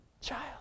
child